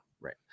Right